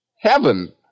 Heaven